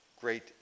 great